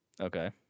Okay